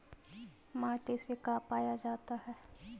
माटी से का पाया जाता है?